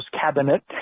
cabinet